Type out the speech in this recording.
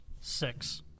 six